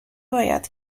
باید